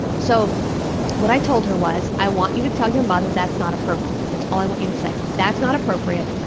so what i told her was, i want you to tell your mother that's not appropriate. that's all i want you to say. that's not appropriate,